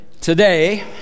today